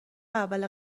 اول